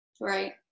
Right